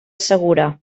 segura